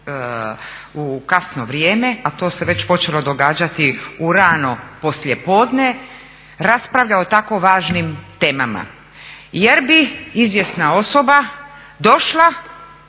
kasno vrijeme a to se već počelo događati u rano poslijepodne raspravlja o tako važnim temama jer bi izvjesna osoba došla,